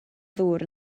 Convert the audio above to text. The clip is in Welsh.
ddŵr